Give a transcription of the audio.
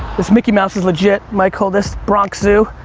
this mickey mouse is legit, mike hold this, bronx zoo.